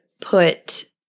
put